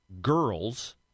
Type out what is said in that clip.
girls